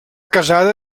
casada